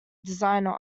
designer